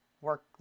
work